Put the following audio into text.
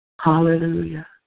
Hallelujah